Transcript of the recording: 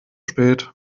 spät